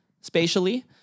spatially